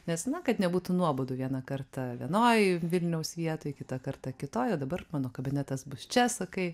nes na kad nebūtų nuobodu vieną kartą vienoj vilniaus vietoj kitą kartą kitoj o dabar mano kabinetas bus čia sakai